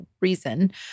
reason